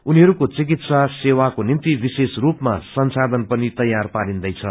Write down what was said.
उनीहरूको चिकित्सा सेवाको निम्ति विशेष रूपमा संसाथन पनि तैयार पारिन्दैछ